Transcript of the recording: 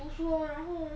读书 lor 然后